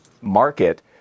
market